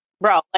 bro